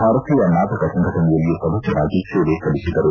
ಭಾರತೀಯ ನಾಟಕ ಸಂಘಟನೆಯಲ್ಲಿ ಸದಸ್ಯರಾಗಿ ಸೇವೆ ಸಲ್ಲಿಸಿದ್ದರು